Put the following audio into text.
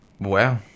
Wow